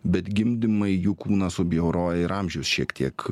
bet gimdymai jų kūną subjauroja ir amžius šiek tiek